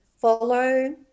follow